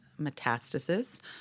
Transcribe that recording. metastasis